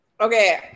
Okay